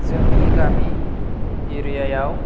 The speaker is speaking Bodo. जोंनि गामि एरियायाव